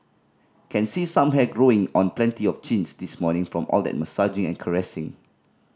can see some hair growing on plenty of chins this morning from all that massaging and caressing